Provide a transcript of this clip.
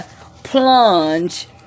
plunge